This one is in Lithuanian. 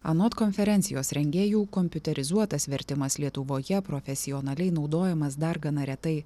anot konferencijos rengėjų kompiuterizuotas vertimas lietuvoje profesionaliai naudojamas dar gana retai